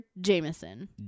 Jameson